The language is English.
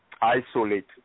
isolate